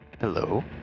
Hello